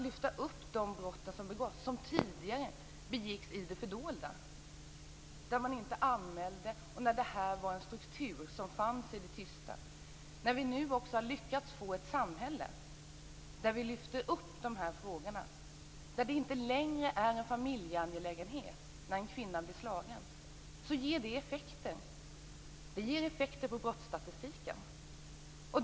Dessa brott begicks tidigare i det fördolda. Man anmälde inte dessa brott. Det var en struktur som fanns i det tysta. Nu har vi lyckats få ett samhälle där vi lyfter upp de här frågorna. Det är inte längre en familjeangelägenhet när en kvinna blir slagen. Det ger effekter på brottsstatistiken.